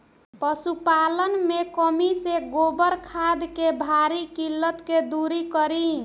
पशुपालन मे कमी से गोबर खाद के भारी किल्लत के दुरी करी?